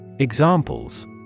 Examples